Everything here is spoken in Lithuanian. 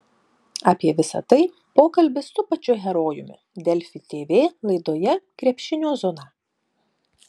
apie visa tai pokalbis su pačiu herojumi delfi tv laidoje krepšinio zona